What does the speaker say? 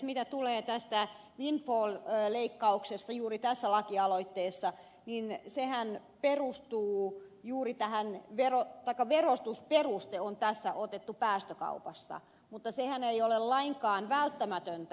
mitä tulee tähän windfall leikkaukseen juuri tässä lakialoitteessa niin että sehän perustuu juuri tähän vieraat verotusperuste on tässä otettu päästökaupasta mutta sehän ei ole lainkaan välttämätöntä